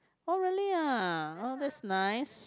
oh really ah oh that's nice